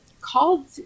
called